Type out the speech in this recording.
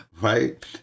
Right